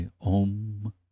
OM